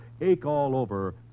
ache-all-over